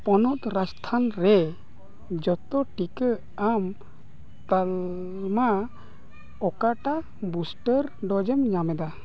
ᱯᱚᱱᱚᱛ ᱨᱟᱡᱚᱥᱛᱷᱟᱱ ᱨᱮ ᱡᱷᱚᱛᱚ ᱴᱤᱠᱟᱹ ᱮᱢ ᱛᱟᱞᱢᱟ ᱚᱠᱟᱴᱟᱜ ᱵᱩᱥᱴᱟᱨ ᱰᱳᱡᱽ ᱮ ᱮᱢᱮᱫᱟ